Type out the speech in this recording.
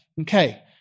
Okay